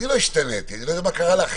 אני לא השתניתי, אני לא יודע מה קרה לאחרים.